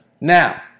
Now